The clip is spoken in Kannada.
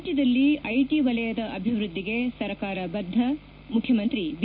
ರಾಜ್ಯದಲ್ಲಿ ಐಟಿ ವಲಯದ ಅಭಿವೃದ್ದಿಗೆ ಸರ್ಕಾರ ಬದ್ದ ಮುಖ್ಯಮಂತ್ರಿ ಬಿ